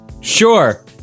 Sure